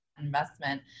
investment